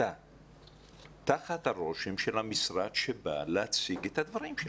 אתה תחת הרושם של המשרד שבא להציג את הדברים שלו.